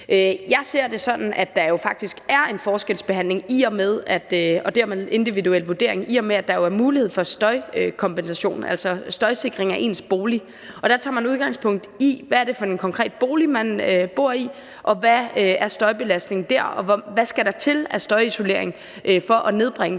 Jeg ser det sådan, at der faktisk er en forskelsbehandling, i og med at der jo – og det er en individuel vurdering – er mulighed for støjkompensation, altså støjsikring af ens bolig. Der tager man udgangspunkt i, hvad det konkret er for en bolig, man bor i, hvor stor støjbelastningen er dér, og hvad der skal til af støjisolering for at nedbringe den